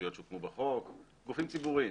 רשויות שהוקמו בחוק, גופים ציבוריים.